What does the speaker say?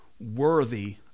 worthy